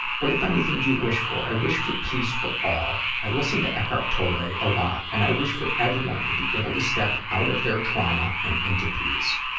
what, if anything, do you wish for? i wish for peace for all. i listen to eckhart tolle a ah lot, and i wish for everyone to be able to step out of their trauma and into peace.